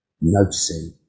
noticing